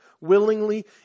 willingly